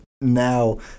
now